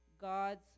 God's